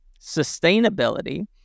sustainability